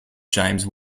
james